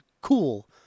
cool